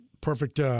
perfect